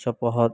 ᱥᱚᱯᱚᱦᱚᱫ